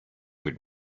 would